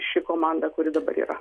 ši komanda kuri dabar yra